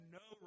no